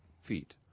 feet